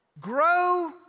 Grow